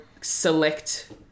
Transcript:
select